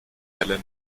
welle